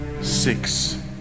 six